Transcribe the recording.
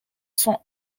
sont